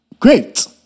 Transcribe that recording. Great